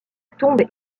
tombe